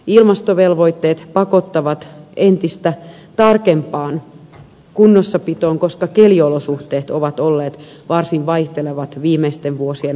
ilmastovelvoitteet pakottavat entistä tarkempaan kunnossapitoon koska keliolosuhteet ovat olleet varsin vaihtelevat viimeisten vuosien aikana